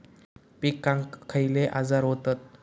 पिकांक खयले आजार व्हतत?